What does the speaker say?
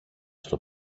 στο